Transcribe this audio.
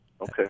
Okay